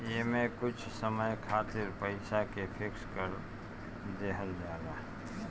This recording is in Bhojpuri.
एमे कुछ समय खातिर पईसा के फिक्स कर देहल जाला